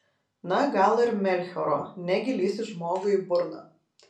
na gal ir melchioro negi lįsi žmogui į burną